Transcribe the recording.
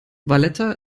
valletta